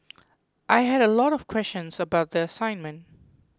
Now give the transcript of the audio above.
I had a lot of questions about the assignment